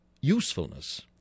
usefulness